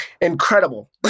Incredible